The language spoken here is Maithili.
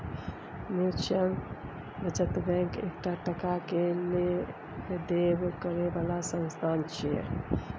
म्यूच्यूअल बचत बैंक एकटा टका के लेब देब करे बला संस्था छिये